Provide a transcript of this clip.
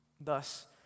Thus